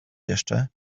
jeszcze